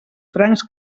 francs